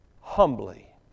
humbly